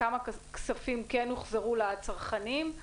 כמה כספים כן הוחזרו לצרכנים?